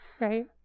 Right